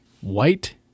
White